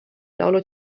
laulud